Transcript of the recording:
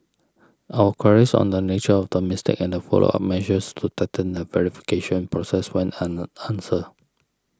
our queries on the nature of the mistake and the follow up measures to tighten the verification process went unanswered